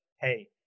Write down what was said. hey